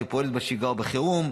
שפועלת בשגרה ובחירום,